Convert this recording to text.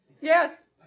Yes